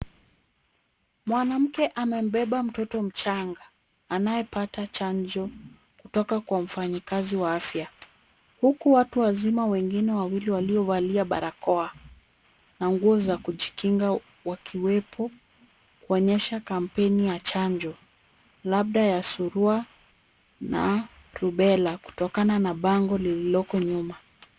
Mwanamke amembeba mtoto mchanga anayepata chanjo kutoka kwa mfanyikazi wa afya, huku watu wazima wengine wawili waliovalia barakoa na nguo za kujikinga wakiwepo, kuonyesha kampeni ya chanjo labda ya surua na rubela kutokana na bango lililoko nyuma.